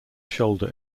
shoulder